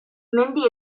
mendi